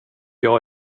jag